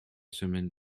semaine